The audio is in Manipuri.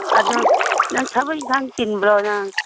ꯑꯗꯣ ꯅꯪ ꯊꯕꯛ ꯏꯪꯈꯥꯡ ꯆꯤꯟꯕ꯭ꯔꯣ ꯅꯪ